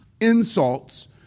insults